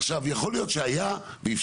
עכשיו, יכול להיות שהיה והפסיק,